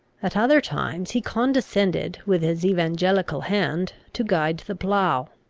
at other times he condescended, with his evangelical hand to guide the plough,